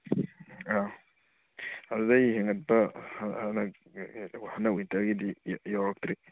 ꯑꯗꯨꯗꯩ ꯍꯦꯟꯒꯠꯄ ꯍꯟꯗꯛ ꯍꯟꯗꯛ ꯋꯤꯟꯇꯔꯒꯤꯗꯤ ꯌꯧꯔꯛꯇ꯭ꯔꯤ